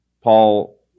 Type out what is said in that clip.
Paul